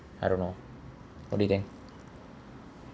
I don't know what do you think